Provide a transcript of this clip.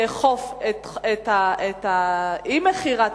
ושם המשטרה צריכה לא רק לאכוף את אי-מכירת